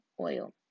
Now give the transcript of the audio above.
oil